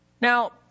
Now